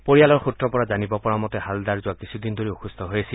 পৰিয়ালৰ সূত্ৰৰ পৰা জানিব পৰা মতে হালদাৰ যোৱা কিছুদিন ধৰি অসুস্থ হৈ আছিল